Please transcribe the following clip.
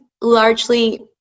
largely